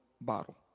bottle